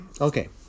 Okay